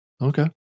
Okay